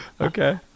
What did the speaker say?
Okay